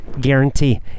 guarantee